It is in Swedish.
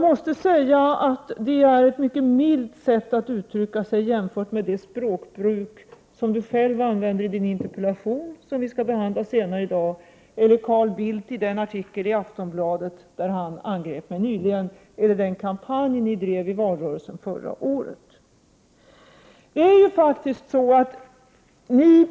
Det är ett mycket milt sätt att uttrycka sig jämfört med det språkbruk som han själv använder i sin interpellation som vi skall behandla senare i dag eller det som Carl Bildt använde i den artikel i Aftonbladet i vilken han nyligen angrep mig eller den kampanj ni drev i valrörelsen förra året.